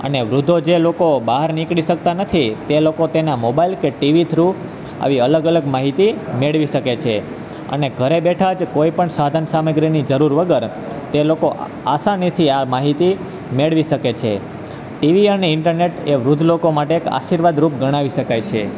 અને વૃદ્ધો જે લોકો બહાર નીકળી શકતા નથી તે લોકો તેના મોબાઈલ કે ટીવી થ્રુ આવી અલગ અલગ માહિતી મેળવી શકે છે અને ઘરે બેઠા જ કોઈપણ સાધન સામગ્રીની જરૂર વગર તે લોકો આસાનીથી આ માહિતી મેળવી શકે છે ટીવી અને ઈન્ટરનેટ એ વૃદ્ધ લોકો માટે એક આશીર્વાદ રૂપ ગણાવી શકાય છે